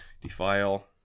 Defile